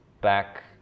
back